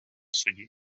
суді